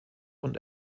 und